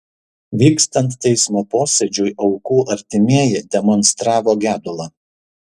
vykstant teismo posėdžiui aukų artimieji demonstravo gedulą